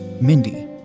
Mindy